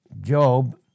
Job